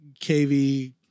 KV